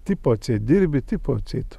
tipo atseit dirbi tipo atseit